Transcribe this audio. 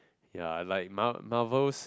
ya like mar~ Marvels